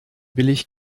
billig